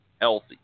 healthy